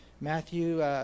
Matthew